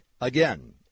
Again